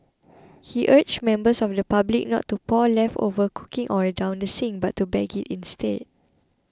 he urged members of the public not to pour leftover cooking oil down the sink but to bag it instead